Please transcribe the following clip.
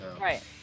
Right